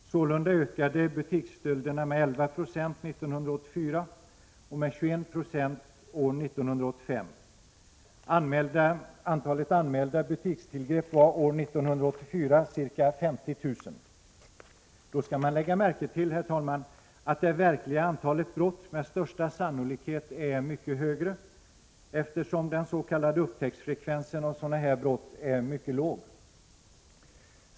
Sålunda ökade butiksstölderna med 11 96 år 1984 och med 21 90 år 1985 —-—. Antalet anmälda butikstillgrepp var år 1984 ca 50 000 Man skall då lägga märke till, herr talman, att det verkliga antalet brott med största sannolikhet är mycket högre, eftersom den s.k. upptäcktsfrekvensen av sådana här brott är mycket låg.